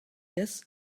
this